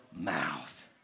mouth